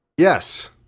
Yes